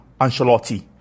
Ancelotti